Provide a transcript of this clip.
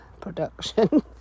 production